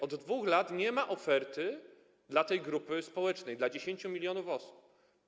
Od 2 lat nie ma oferty dla tej grupy społecznej, dla 10 mln osób.